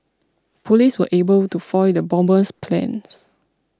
police were able to foil the bomber's plans